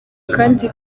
kandi